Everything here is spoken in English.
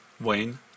Wayne